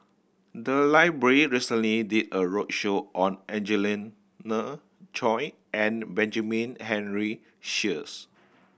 the library recently did a roadshow on Angelina Choy and Benjamin Henry Sheares